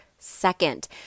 Second